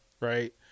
Right